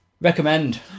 Recommend